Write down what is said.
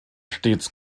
stets